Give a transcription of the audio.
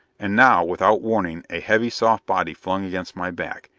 and now, without warning, a heavy soft body flung against my back,